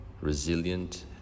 resilient